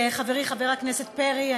חברי חבר הכנסת פרי,